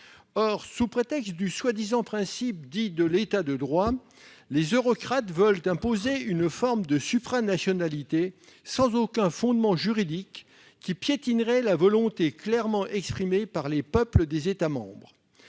Or, sous prétexte du prétendu principe de l'État de droit, les eurocrates veulent imposer une forme de supranationalité sans aucun fondement juridique, qui piétinerait la volonté clairement exprimée par les peuples des États membres.